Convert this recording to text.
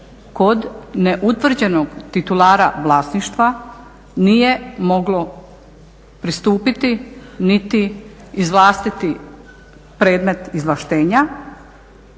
kod neutvrđenog titulara vlasništva nije moglo pristupiti niti izvlastiti predmet izvlaštenja